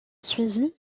suivi